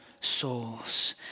souls